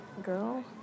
Girl